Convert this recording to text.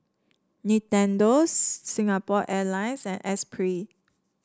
Nintendo's Singapore Airlines and Esprit